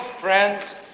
friends